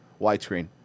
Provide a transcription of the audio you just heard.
widescreen